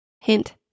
Hint